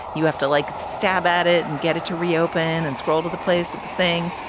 you have to, like, stab at it and get it to reopen and scroll to the place with the thing.